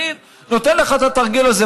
אני נותן לך את התרגיל הזה,